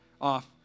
Off